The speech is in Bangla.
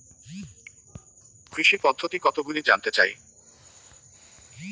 কৃষি পদ্ধতি কতগুলি জানতে চাই?